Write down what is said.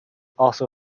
also